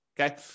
okay